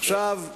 עכשיו,